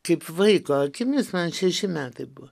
kaip vaiko akimis man šeši metai buvo